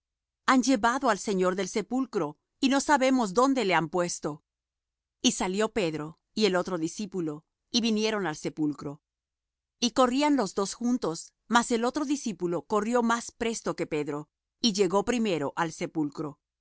han llevado al señor del sepulcro y no sabemos dónde le han puesto y salió pedro y el otro discípulo y vinieron al sepulcro y corrían los dos juntos mas el otro discípulo corrió más presto que pedro y llegó primero al sepulcro